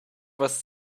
was